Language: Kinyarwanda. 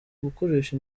gukoresha